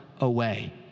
away